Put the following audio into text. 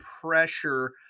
pressure